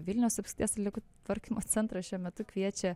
vilniaus apskrities atliekų tvarkymo centras šiuo metu kviečia